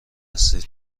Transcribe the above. هستید